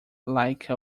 like